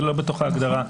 זה לא בתוך ההגדרה?